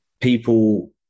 people